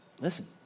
Listen